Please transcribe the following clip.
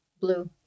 blue